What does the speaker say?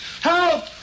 Help